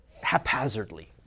haphazardly